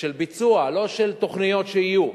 של ביצוע, לא של תוכניות שיהיו.